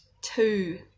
two